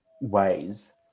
ways